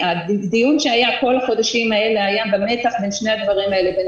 הדיון שהיה כל החודשים האלה היה במתח בין שני הדברים האלה בין